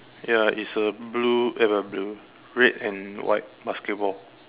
ya it's a blue eh blue blue red and white basketball